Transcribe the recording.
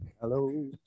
Hello